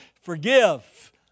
Forgive